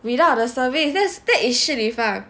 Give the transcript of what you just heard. without the service that is Shi Li Fang